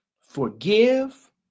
Forgive